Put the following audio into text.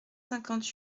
cinquante